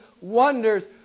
wonders